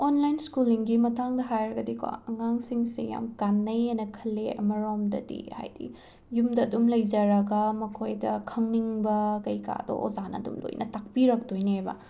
online ꯁ꯭ꯀꯨꯂꯤꯡꯒꯤ ꯃꯇꯥꯡꯗ ꯍꯥꯏꯔꯒꯗꯤꯀꯣ ꯑꯉꯥꯡꯁꯤꯡꯁꯦ ꯌꯥꯝꯅ ꯀꯥꯟꯅꯩꯌꯦꯅ ꯈꯜꯂꯦ ꯑꯃꯔꯣꯝꯗꯗꯤ ꯍꯥꯏꯗꯤ ꯌꯨꯝꯗ ꯑꯗꯨꯝ ꯂꯩꯖꯔꯒ ꯃꯈꯣꯏꯗ ꯈꯪꯅꯤꯡꯕ ꯀꯩꯀꯥꯗꯣ ꯑꯣꯖꯥꯅ ꯑꯗꯨꯝ ꯂꯣꯏꯅ ꯇꯥꯛꯄꯤꯔꯛꯇꯣꯏꯅꯦꯕꯥ